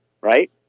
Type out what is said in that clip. right